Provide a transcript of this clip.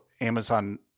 Amazon